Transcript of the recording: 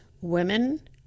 women